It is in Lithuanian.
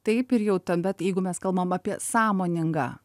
taip ir jau to bet jeigu mes kalbam apie sąmoningą